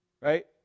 right